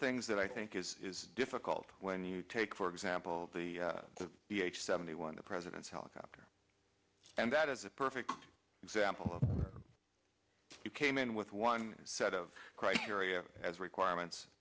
things that i think is difficult when you take for example the seventy one the president's helicopter and that is a perfect example of you came in with one set of criteria as requirements